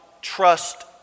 trust